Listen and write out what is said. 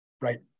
Right